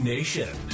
Nation